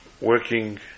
working